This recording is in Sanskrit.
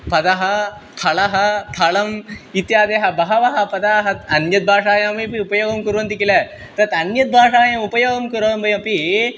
पदम् फलं फळम् इत्यादयः बहवः पदानि अन्यद्भाषायामपि उपयोगं कुर्वन्ति किल तत् अन्यद्भाषायाम् उपयोगं कुर्वते अपि